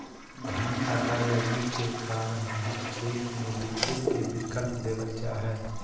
धन अदायगी के कारण भी चेक में लिखे के विकल्प देवल जा हइ